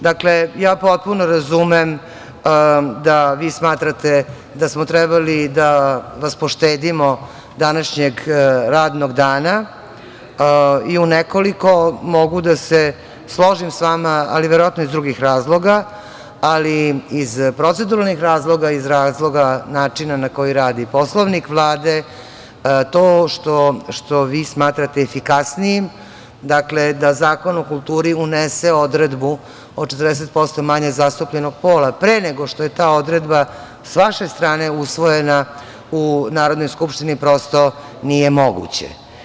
Dakle, potpuno razumem da vi smatrate da smo trebali da vas poštedimo današnjeg radnog dana i unekoliko mogu da se složim sa vama, ali verovatno iz drugih razloga, ali i iz proceduralnih razloga, iz razloga načina na koji radi Poslovnik Vlade, to što vi smatrate efikasnijim, dakle, da Zakon o kulturi unese odredbu o 40% manje zastupljenog pola, pre nego što je ta odredba sa vaše strane usvojena u Narodnoj skupštini, prosto nije moguće.